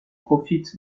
profite